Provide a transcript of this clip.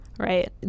Right